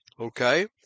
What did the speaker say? Okay